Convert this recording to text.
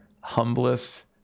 humblest